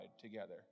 together